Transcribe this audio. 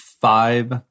five